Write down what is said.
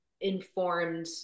informed